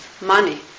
money